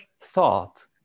thought